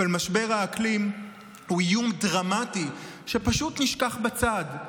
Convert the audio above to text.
אבל משבר האקלים הוא איום דרמטי שפשוט נשכח בצד.